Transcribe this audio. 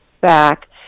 back